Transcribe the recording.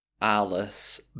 Alice